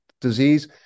disease